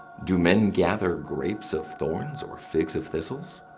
do men gather grapes of thorns, or figs of thistles?